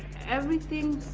everything